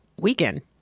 Weekend